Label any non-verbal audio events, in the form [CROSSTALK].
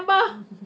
mm [LAUGHS]